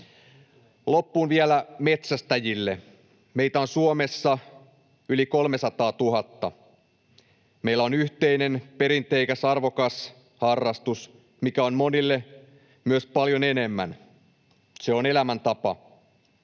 Loppuun vielä metsästäjille: Meitä on Suomessa yli 300 000. Meillä on yhteinen, perinteikäs, arvokas harrastus, mikä on monille myös paljon enemmän. Se on elämäntapa.